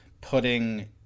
putting